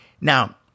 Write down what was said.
Now